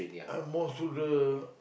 I most to the